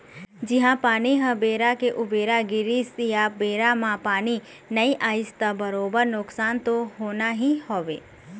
जिहाँ पानी ह बेरा के उबेरा गिरिस या बेरा म पानी नइ आइस त बरोबर नुकसान तो होना ही हवय